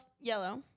yellow